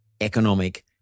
economic